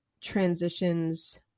transitions